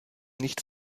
nicht